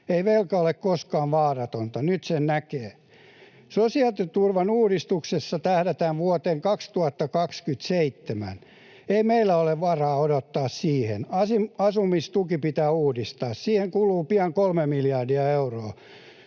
Ei velka ole koskaan vaaratonta. Nyt sen näkee. Sosiaaliturvan uudistuksessa tähdätään vuoteen 2027. Ei meillä ole varaa odottaa sinne. Asumistuki pitää uudistaa, siihen kuluu pian kolme miljardia euroa.